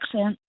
accent